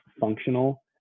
functional